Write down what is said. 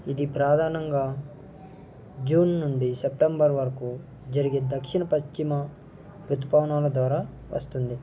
ఇది ప్రధానంగా జూన్ నుండి సెప్టెంబర్ వరకు జరిగే దక్షిణ పశ్చిమ ఋతుపవనాల ద్వారా వస్తుంది